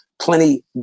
plenty